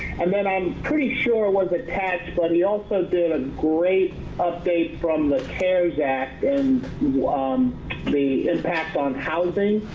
and then i'm pretty sure it was attached, but he also did a great update from the cares act and on um the impact on housing.